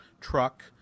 truck